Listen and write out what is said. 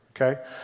okay